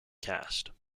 cast